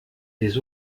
des